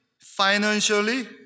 financially